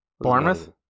Bournemouth